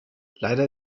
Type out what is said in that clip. leider